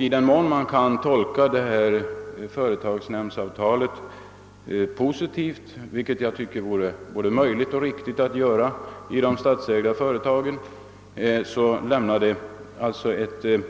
I den mån man kan tolka företagsnämndsavtalet positivt, vilket jag tycker vore möjligt och riktigt att göra i de statsägda företagen, lämnar detta ett